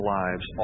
lives